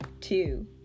two